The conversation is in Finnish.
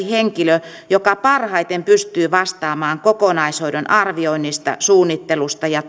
henkilö joka parhaiten pystyy vastaamaan kokonaishoidon arvioinnista suunnittelusta ja